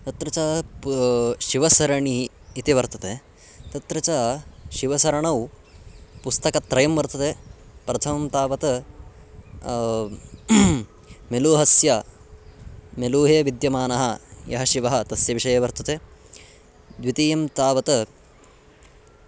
अत्र च प् शिवसरणिः इति वर्तते तत्र च शिवसरणौ पुस्तकत्रयं वर्तते प्रथमं तावत् मेलुहस्य मेलुहे विद्यमानः यः शिवः तस्य विषये वर्तते द्वितीयं तावत्